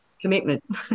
commitment